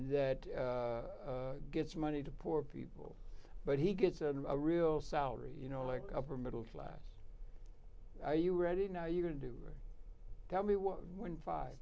that gets money to poor people but he gets a real salary you know like upper middle class are you ready now you're going to tell me when five